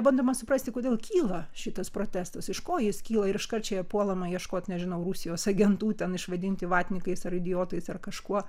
bandoma suprasti kodėl kyla šitas protestas iš ko jis kyla ir iškart čia puolama ieškot nežinau rusijos agentų ten išvadinti vatnikais ar idiotais ar kažkuo